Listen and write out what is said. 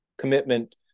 commitment